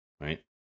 right